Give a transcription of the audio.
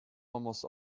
almost